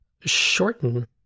shorten